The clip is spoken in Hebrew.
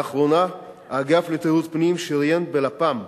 לאחרונה האגף לתיירות פנים שריין בלפ"מ,